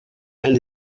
and